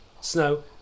Snow